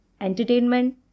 Entertainment